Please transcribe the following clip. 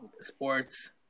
sports